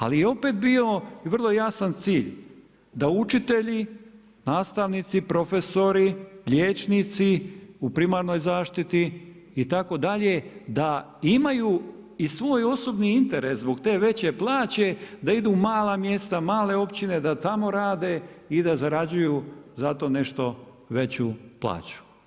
Ali je opet bio vrlo jasan cilj da učitelji, nastavnici, profesori, liječnici u primarnoj zaštiti itd. da imaju i svoj osobni interes zbog te veće plaće da idu u mala mjesta, male općine da tamo rade i da zarađuju za to nešto veću plaću.